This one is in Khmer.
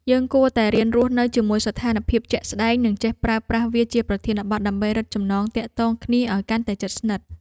យើងគួរតែរៀនរស់នៅជាមួយស្ថានភាពជាក់ស្តែងនិងចេះប្រើប្រាស់វាជាប្រធានបទដើម្បីរឹតចំណងទាក់ទងគ្នាឱ្យកាន់តែជិតស្និទ្ធ។